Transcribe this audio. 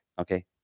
Okay